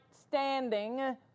standing